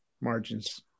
margins